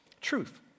Truth